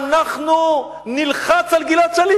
אנחנו נלחץ על גלעד שליט.